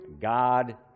God